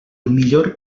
millor